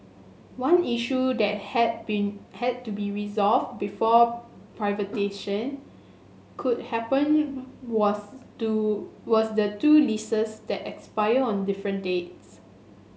one issue that had been had to be resolved before privatisation could happen was two was the two leases that expire on different dates